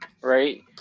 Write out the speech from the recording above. right